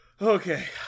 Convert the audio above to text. okay